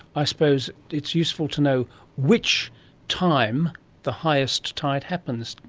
i suppose it's useful to know which time the highest tide happens?